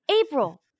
April